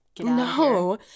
No